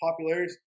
popularity